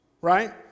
Right